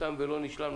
תם ולא נשלם.